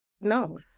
No